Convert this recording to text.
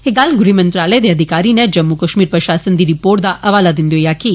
एह गल्ल गृह मंत्रालय दे अधिकारी नै जम्मू कश्मीर प्रशासन दी रिपोर्ट दा हवाला दिन्दे होई आक्खी